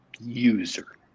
user